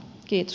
kiitos